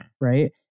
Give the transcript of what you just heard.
right